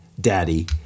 Daddy